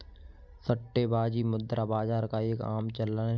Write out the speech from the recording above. सट्टेबाजी मुद्रा बाजार का एक आम चलन है